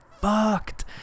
fucked